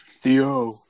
Theo